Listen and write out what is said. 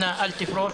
אנא אל תפרוש...